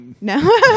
No